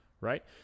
right